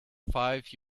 five